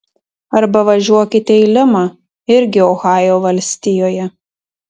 arba važiuokite į limą irgi ohajo valstijoje